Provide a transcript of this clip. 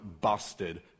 busted